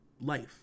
life